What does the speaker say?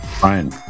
Brian